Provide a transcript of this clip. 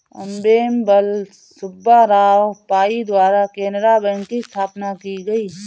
अम्मेम्बल सुब्बा राव पई द्वारा केनरा बैंक की स्थापना की गयी